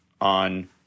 on